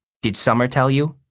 did summer tell u?